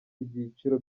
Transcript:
ibyiciro